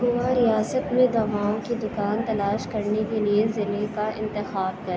گوا ریاست میں دواؤں کی دکان تلاش کرنے کے لیے کا انتخاب کر